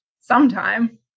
sometime